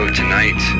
tonight